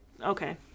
okay